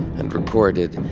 and recorded,